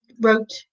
wrote